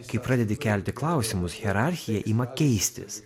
kai pradedi kelti klausimus hierarchija ima keistis